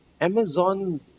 Amazon